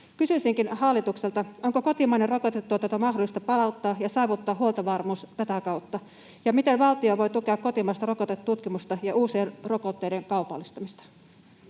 Kysyisinkin hallitukselta: onko kotimainen rokotetuotanto mahdollista palauttaa ja saavuttaa huoltovarmuus tätä kautta, ja miten valtio voi tukea kotimaista rokotetutkimusta ja uusien rokotteiden kaupallistamista?